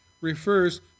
refers